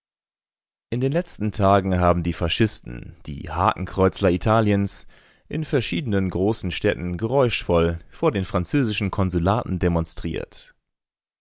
in den letzten tagen haben die fascisten die hakenkreuzler italiens in verschiedenen großen städten geräuschvoll vor den französischen konsulaten demonstriert